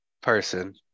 person